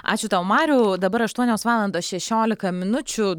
ačiū tau mariau dabar aštuonios valandos šešiolika minučių